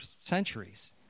centuries